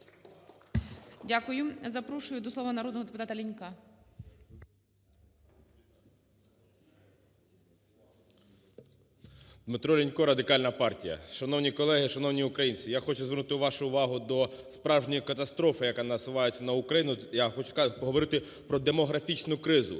Дякую. Запрошую до слова народного депутатаЛінька. 13:34:24 ЛІНЬКО Д.В. ДмитроЛінько, Радикальна партія. Шановні колеги, шановні українці, я хочу звернути вашу увагу до справжньої катастрофи, яка насувається на Україну. Я хочу поговорити про демографічну кризу.